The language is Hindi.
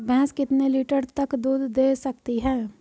भैंस कितने लीटर तक दूध दे सकती है?